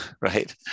right